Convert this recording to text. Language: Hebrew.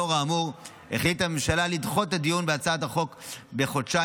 לאור האמור החליטה הממשלה לדחות את הדיון בהצעת החוק בחודשיים,